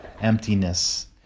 emptiness